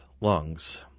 lungs